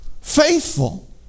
faithful